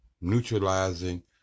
neutralizing